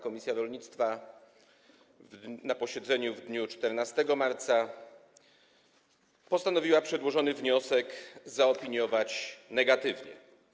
Komisja rolnictwa na posiedzeniu w dniu 14 marca postanowiła przedłożony wniosek zaopiniować negatywnie.